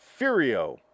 Furio